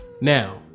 Now